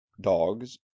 dogs